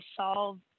solve